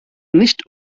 nicht